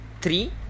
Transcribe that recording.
Three